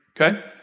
Okay